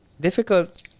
difficult